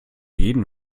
jeden